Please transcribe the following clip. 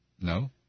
No